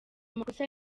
makosa